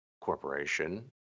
Corporation